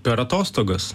per atostogas